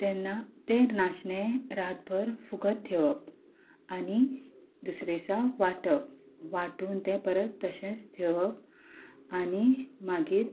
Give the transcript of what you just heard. तेन्ना तें नाशणें रातभर फुगत थेवप आनी दुसऱ्या दिसा वांटप वांटून तें परत तशेंच थेवप आनी मागीर